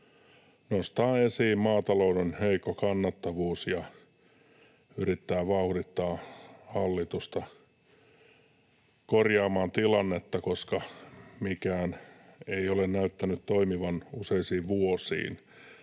nostaa esiin maatalouden heikko kannattavuus ja yrittää vauhdittaa hallitusta korjaamaan tilannetta, koska mikään ei ole näyttänyt toimivan useisiin vuosiin